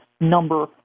number